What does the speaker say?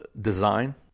design